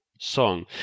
song